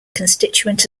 constituent